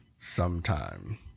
sometime